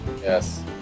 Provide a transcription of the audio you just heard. Yes